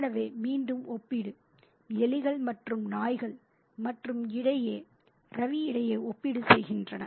எனவே மீண்டும் ஒப்பீடு எலிகள் மற்றும் நாய்கள் மற்றும் ரவி இடையே ஒப்பீடு செய்கின்றன